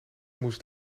moest